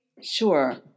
Sure